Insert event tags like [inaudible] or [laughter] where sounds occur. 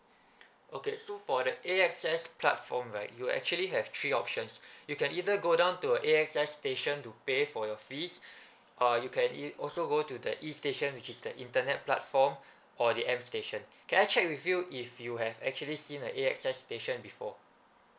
okay so for that A_X_S platform right you actually have three options [breath] you can either go down to a A_X_S station to pay for your fees [breath] uh you can ei~ also go to the E station which is the internet platform [breath] or the M station can I check with you if you have actually seen a A_X_S station before